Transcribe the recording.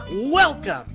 welcome